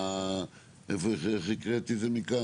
מה שהקראתי מקודם,